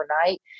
overnight